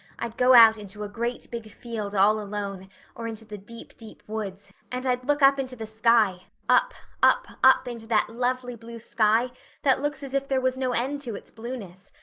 i'd go out into a great big field all alone or into the deep, deep, woods, and i'd look up into the sky up up up into that lovely blue sky that looks as if there was no end to its blueness.